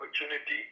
opportunity